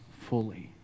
fully